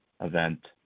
event